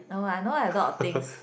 no I don't have a lot of things